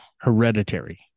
Hereditary